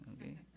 okay